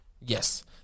Yes